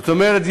זאת אומרת,